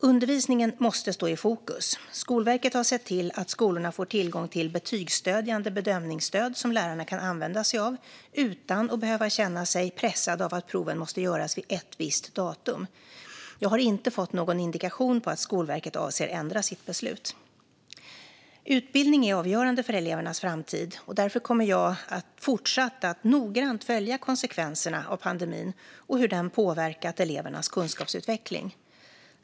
Undervisningen måste få stå i fokus. Skolverket har sett till att skolorna får tillgång till betygsstödjande bedömningsstöd som lärarna kan använda sig av utan att behöva känna sig pressade av att proven måste göras vid ett visst datum. Jag har inte fått någon indikation på att Skolverket avser att ändra sitt beslut. Utbildning är avgörande för elevernas framtid. Därför kommer jag att fortsätta att noggrant följa konsekvenserna av pandemin och hur den påverkat elevernas kunskapsutveckling.